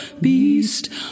beast